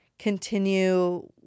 continue